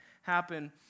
happen